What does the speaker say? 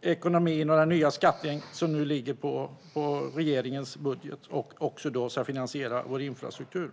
ekonomi och de nya skatter som ligger i regeringens budget och som ska finansiera vår infrastruktur.